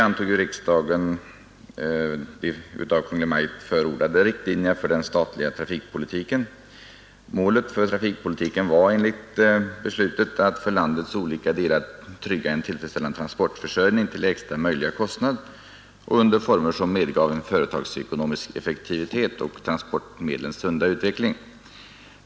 att för landets olika delar trygga en tillfredsställande transportförsörjning till lägsta möjliga kostnad och under former som medgav en företagsekonomisk effektivitet och transportmedlens sunda utveckling.